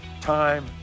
time